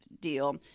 deal